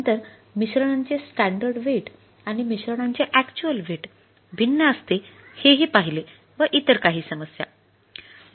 नंतर मिश्रणाचे standard weight भिन्न असते हे हि पहिले व इतर काही समस्या